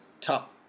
top